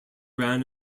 ran